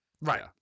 Right